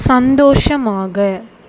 சந்தோஷமாக